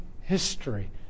history